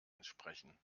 entsprechen